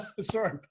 Sorry